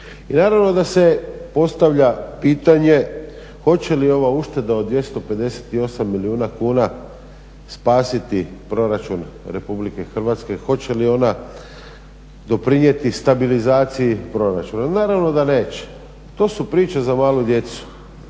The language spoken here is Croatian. naravno da se postavlja pitanje hoće li ova ušteda od 258 milijuna kuna spasiti Proračun RH, hoće li ona doprinijeti stabilizaciji proračuna? Naravno da neće, to su priče za malu djecu.